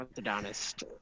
orthodontist